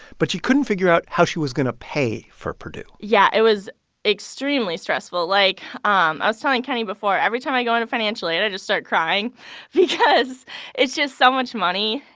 but she couldn't figure out how she was going to pay for purdue yeah, it was extremely stressful. like um i was telling kenny before, every time i'd go into financial aid, i'd just start crying because it's just so much money.